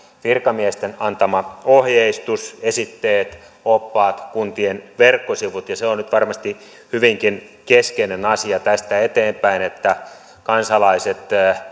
virkamiesten antama ohjeistus esitteet oppaat kuntien verkkosivut ja se on nyt varmasti hyvinkin keskeinen asia tästä eteenpäin että kansalaiset